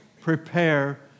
prepare